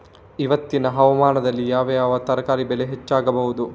ಇವತ್ತಿನ ಹವಾಮಾನದಲ್ಲಿ ಯಾವ ಯಾವ ತರಕಾರಿ ಬೆಳೆ ಹೆಚ್ಚಾಗಬಹುದು?